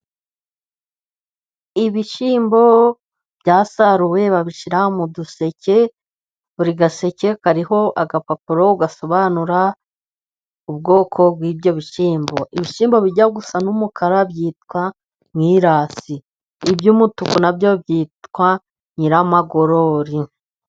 Ibishyimbo byasaruwe babishyira mu duseke , buri gaseke kariho agapapuro gasobanura ubwoko bw'ibyo bishyimbo . Ibishyimbo bijya gusa n'umukara byitwa Mwirasi , iby'umutuku nabyo byitwa Nyiramagorori.